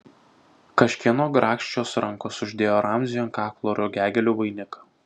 kažkieno grakščios rankos uždėjo ramziui ant kaklo rugiagėlių vainiką